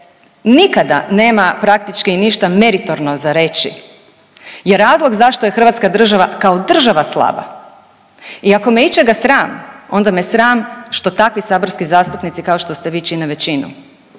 nikada nema praktički ništa meritorno za reći, je razlog zašto je Hrvatska država kao država slaba. I ako me ičega sram, onda me sram što takvi saborski zastupnici kao što ste vi čine većinu.